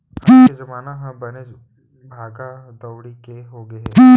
आज के जमाना ह बनेच भागा दउड़ी के हो गए हे